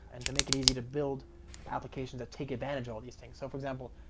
and to make it easy to build applications that take advantage all these things. so for example,